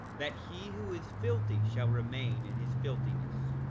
that he who is filthy shall remain in his filthiness.